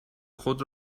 خود